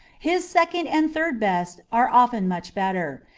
his second and third best are often much better.